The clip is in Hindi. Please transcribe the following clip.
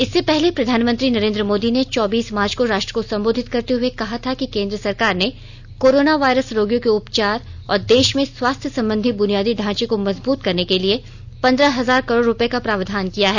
इससे पहले प्रधानमंत्री नरेन्द्र मोदी ने चौबीस मार्च को राष्ट्र को सम्बोधित करते हुए कहा था कि केन्द्र सरकार ने कोरोना वायरस रोगियों के उपचार और देश में स्वास्थ्य संबंधी बुनियादी ढांचे को मजूबत करने के लिए पंद्रह हजार करोड़ रुपये का प्रावधान किया है